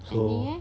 oh